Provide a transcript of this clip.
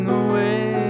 away